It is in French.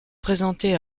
présenté